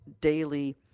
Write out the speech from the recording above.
daily